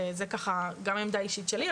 זו ככה גם עמדה אישית שלי,